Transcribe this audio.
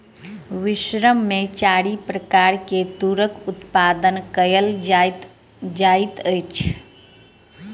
विश्व में चारि प्रकार के तूरक उत्पादन कयल जाइत अछि